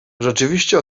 rzeczywiście